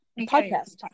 podcast